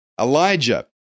Elijah